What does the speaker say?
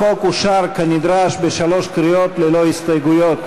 החוק אושר כנדרש בשלוש קריאות ללא הסתייגויות.